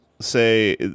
say